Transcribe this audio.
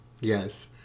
Yes